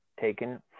taken